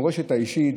המורשת האישית,